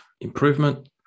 improvement